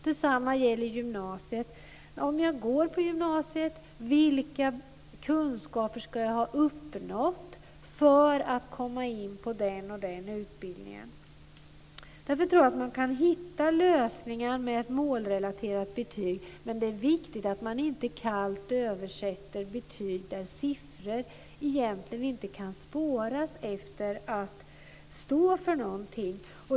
Detsamma gäller för gymnasiet. Vilka kunskaper ska ha uppnåtts för att man ska komma in på den och den utbildningen? Jag tror att man kan hitta lösningar med ett målrelaterat betygssystem. Men det är viktigt att man inte kallt översätter betyg med siffror som inte står för någonting.